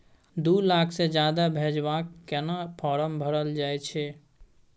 दू लाख से ज्यादा भेजबाक केना फारम भरल जाए छै?